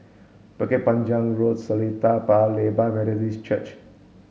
Bukit Panjang Road Seletar Paya Lebar Methodist Church